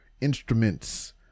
instruments